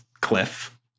cliff